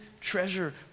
treasure